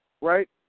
right